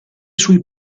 sui